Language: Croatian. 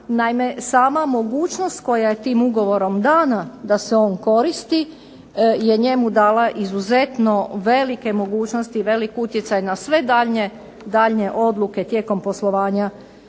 naime sama mogućnost koja je tim ugovorom dana da se on koristi je njemu dala izuzetno velike mogućnosti, velik utjecaj na sve daljnje odluke tijekom poslovanja